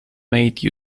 made